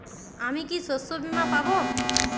আমি কি শষ্যবীমা পাব?